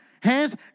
hands